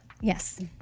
Yes